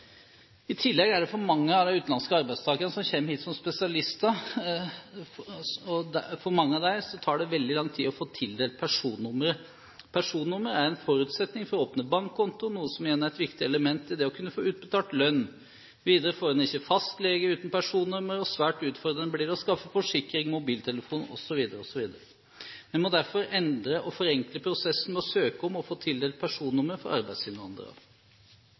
I tillegg tar det for mange av de utenlandske arbeidstakerne som kommer hit som spesialister, veldig lang tid å få tildelt personnummer. Personnummer er en forutsetning for å åpne bankkonto, noe som igjen er et viktig element i det å kunne få utbetalt lønn. Videre får en ikke fastlege uten personnummer, og svært utfordrende blir det å skaffe forsikring, mobiltelefon osv., osv. Vi må derfor endre og forenkle prosessen med å søke om, og få tildelt, personnummer for arbeidsinnvandrere.